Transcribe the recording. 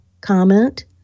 comment